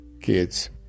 kids